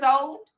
old